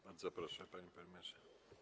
Bardzo proszę, panie premierze.